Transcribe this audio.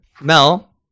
Mel